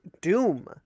doom